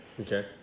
Okay